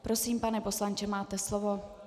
Prosím pane poslanče, máte slovo.